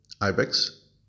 ibex